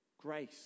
grace